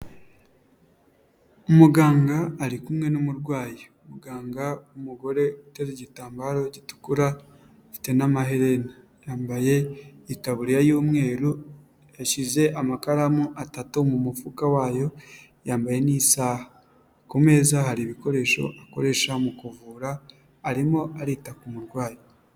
Umuganga ari kumwe n'umurwayi, umuganga w'umugore utagira igitambaro gitukura, afite n'amaherena. Yambaye itaburiya y'umweru, yashyize amakaramu atatu mu mufuka wayo, yambaye n'isaha. Ku meza hari ibikoresho akoresha mu kuvura, arimo arita ku murwayi.